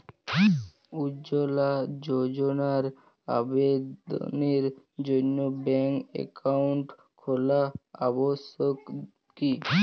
উজ্জ্বলা যোজনার আবেদনের জন্য ব্যাঙ্কে অ্যাকাউন্ট খোলা আবশ্যক কি?